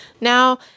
Now